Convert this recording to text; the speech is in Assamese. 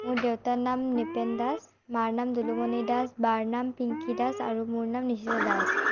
মোৰ দেউতাৰ নাম নৃপেন দাস মাৰ নাম দুলুমণি দাস বাৰ নাম পিংকী দাস আৰু মোৰ নাম নিশিতা দাস